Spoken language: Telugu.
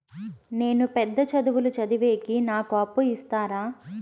నేను పెద్ద చదువులు చదివేకి నాకు అప్పు ఇస్తారా